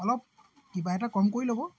অলপ কিবা এটা কম কৰি ল'ব